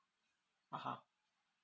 (uh huh)